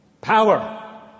Power